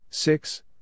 Six